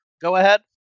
go-ahead